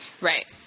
Right